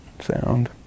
sound